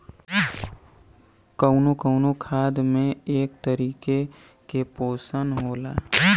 कउनो कउनो खाद में एक तरीके के पोशन होला